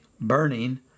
burning